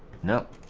no